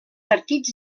partits